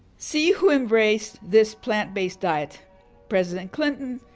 see who embraced this plant-based diet president clinton,